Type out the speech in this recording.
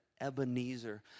Ebenezer